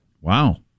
Wow